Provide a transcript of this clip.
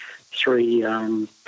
three